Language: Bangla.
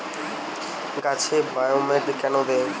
গাছে বায়োমেট কেন দেয়?